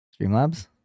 Streamlabs